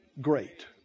great